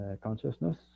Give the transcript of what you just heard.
consciousness